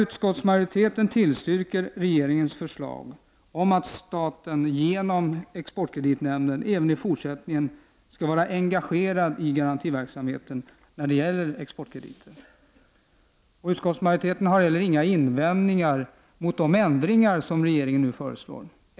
Utskottsmajoriteten tillstyrker regeringens förslag om att staten genom exportkreditnämnden även i fortsättningen skall vara engagerad i garantiverksamheten när det gäller exportkrediter. Utskottsmajoriteten har heller inga invändningar mot de förändringar som regeringen föreslår.